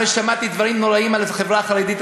אחרי ששמעתי דברים נוראים על החברה החרדית,